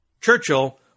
Churchill